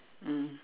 mm